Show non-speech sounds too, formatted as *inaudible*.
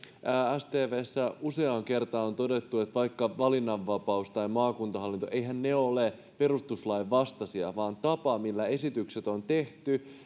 stvssä useaan kertaan on todettu että eiväthän vaikka valinnanvapaus ja maakuntahallinto ole perustuslain vastaisia vaan tapa millä esitykset on tehty *unintelligible*